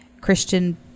Christian